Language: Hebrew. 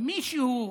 מישהו,